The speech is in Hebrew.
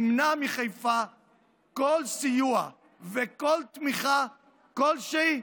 אמנע מחיפה כל סיוע וכל תמיכה כלשהי,